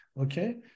Okay